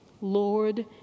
Lord